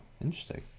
Interesting